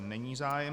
Není zájem.